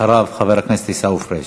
אחריו, חבר הכנסת עיסאווי פריג'.